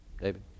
David